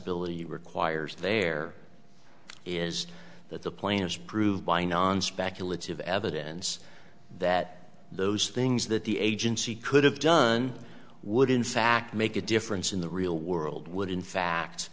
addressability requires there is that the plan is proved by non speculative evidence that those things that the agency could have done would in fact make a difference in the real world would in fact